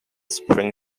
spring